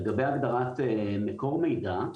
לגבי הגדרת מקור מידע,